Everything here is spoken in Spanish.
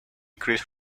chris